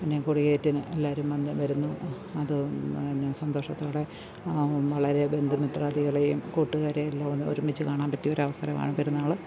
പിന്നെ കൊടിയേറ്റിന് എല്ലാവരും വന്ന് വരുന്നു അത് എന്നാ സന്തോഷത്തോടെ വളരെ ബന്ധുമിത്രാദികളെയും കൂട്ടുകാരെയെല്ലാം അന്ന് ഒരുമിച്ച് കാണാൻപറ്റിയൊരവസരാണ് പെരുന്നാള്